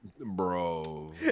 Bro